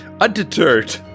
Undeterred